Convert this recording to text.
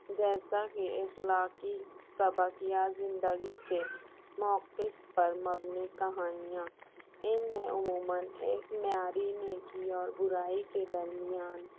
جیسا کہ اخلاقی سبق یا زندگی کے موقف پر مبنی کہانیاں ان میں عموماََ ایک معیاری نیکی اور برائی کے درمیان